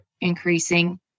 increasing